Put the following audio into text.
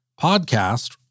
podcast